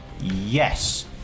Yes